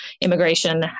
immigration